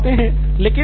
ऐसी ही कुछ बातें हैं